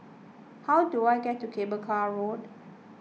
how do I get to Cable Car Road